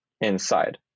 inside